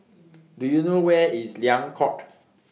Do YOU know Where IS Liang Court